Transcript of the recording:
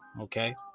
okay